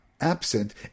absent